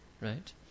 Right